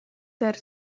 der